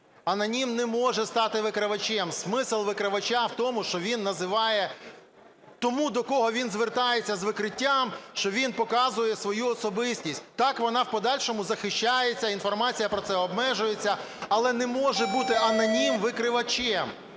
Анонім не може стати викривачем, смисл викривача в тому, що він називає… тому, до кого він звертається з викриттям, що він показує свою особистість. Так вона в подальшому захищається, інформація про це обмежується, але не може бути анонім викривачем.